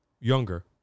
younger